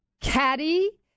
caddy